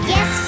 Yes